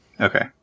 Okay